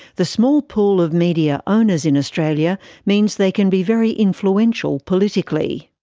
the small pool of media owners in australia means they can be very influential politically.